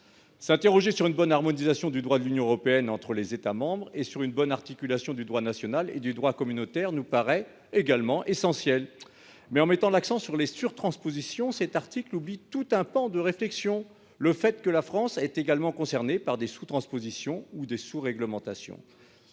interroger sur une bonne harmonisation du droit de l'Union européenne entre les États membres et sur une juste articulation entre le droit national et le droit communautaire. Or, en mettant l'accent sur les surtranspositions, cet article occulte un pan entier de la réflexion : le fait que la France est également concernée par des sous-transpositions ou des sous-réglementations.